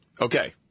Okay